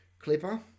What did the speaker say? Clipper